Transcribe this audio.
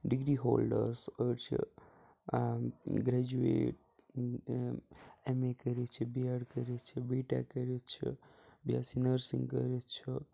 degree holders أڑۍ چھِ graduate M A کٔرِتھ چھِ بی اٮ۪ڈ کٔرِتھ چھِ بی ٹٮ۪ک کٔرِتھ چھِ بی ایس سی نٔرسِنٛگ کٔرِتھ چھُ